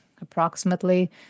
approximately